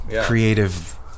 creative